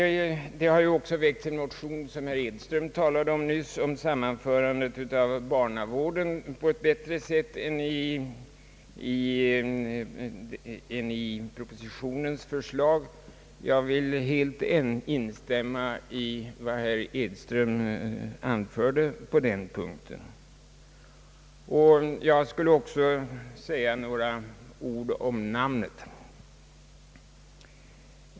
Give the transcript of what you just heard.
Det har ju också väckts en motion, som herr Edström talade om nyss, beträffande sammanförandet av barnavården på ett bättre sätt än enligt propositionens förslag. Jag instämmer helt i vad herr Edström anförde på den punkten. Jag skulle också vilja yttra några ord i namnfrågan.